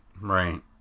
Right